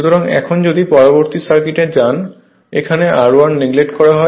সুতরাং এখন যদি পরবর্তী সার্কিটে যান এখানে Ri নেগলেক্ট করা হয়